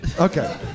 okay